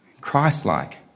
Christ-like